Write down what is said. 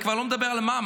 אני כבר לא מדבר על מע"מ,